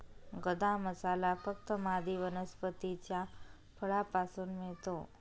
गदा मसाला फक्त मादी वनस्पतीच्या फळापासून मिळतो